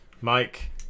mike